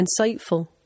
insightful